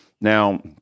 Now